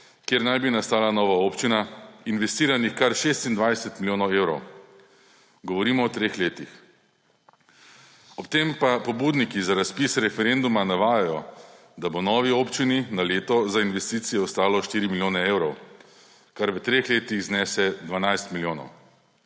kjer naj bi nastala nova občina, investiranih kar 26 milijonov evrov. Govorimo o treh letih. Ob tem pa pobudniki za razpis referenduma navajajo, da bo novi občini na leto za investicijo ostalo 4 milijone evrov, kar v treh letih znese 12 milijonov.